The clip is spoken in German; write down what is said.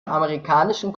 amerikanischen